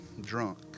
drunk